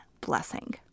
blessing